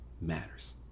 matters